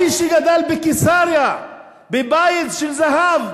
האיש שגדל בקיסריה בבית של זהב,